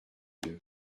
deux